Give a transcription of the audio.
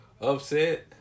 upset